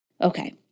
okay